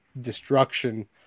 destruction